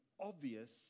obvious